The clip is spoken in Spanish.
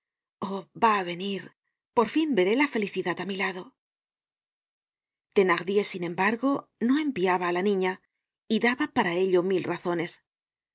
va á venir por fin veré la felicidad á mi lado thenardier sin embbargo no enviaba á la niña y daba para ello mil razones